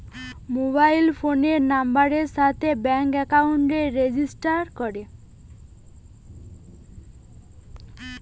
mobile ফোনের নাম্বারের সাথে ব্যাঙ্ক একাউন্টকে রেজিস্টার করে